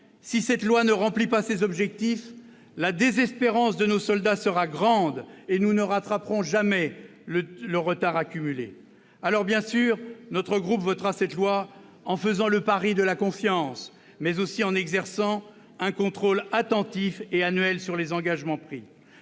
si cette loi ne remplit pas ses objectifs, la désespérance de nos soldats sera grande et nous ne rattraperons jamais le retard accumulé. Alors, bien sûr, notre groupe votera ce projet de loi, en faisant le pari de la confiance, mais aussi en exerçant un contrôle attentif et annuel sur les engagements pris.